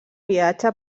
viatge